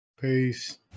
Peace